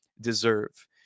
deserve